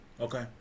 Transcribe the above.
Okay